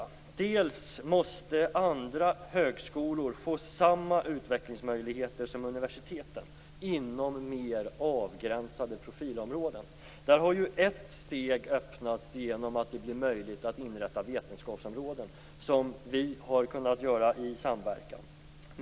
För det första måste andra högskolor få samma utvecklingsmöjligheter som universiteten inom mer avgränsade profilområden. Där har ett steg öppnats genom att det blir möjligt att inrätta vetenskapsområden. Detta har vi kunnat göra i samverkan.